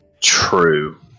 True